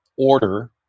order